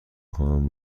خواهم